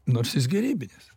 nors jis gerybinis